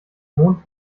mond